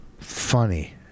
Funny